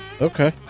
Okay